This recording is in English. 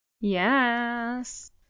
Yes